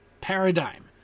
paradigm